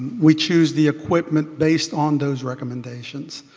we choose the equipment based on those recommendations.